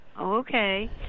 Okay